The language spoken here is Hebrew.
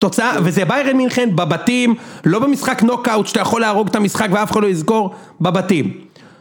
תוצאה, וזה ביירן מינכן, בבתים, לא במשחק נוקאוט שאתה יכול להרוג את המשחק ואף אחד לא יזכור, בבתים.